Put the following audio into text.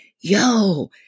yo